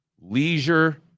leisure